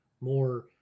more